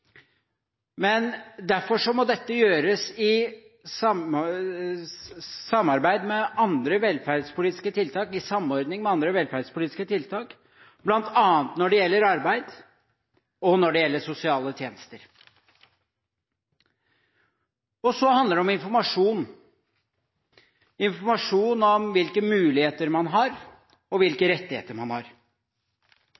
men vi har ikke et mirakeldepartement. Derfor må dette gjøres i samordning med andre velferdspolitiske tiltak, bl.a. når det gjelder arbeid, og når det gjelder sosiale tjenester. Så handler det om informasjon, informasjon om hvilke muligheter man har, og hvilke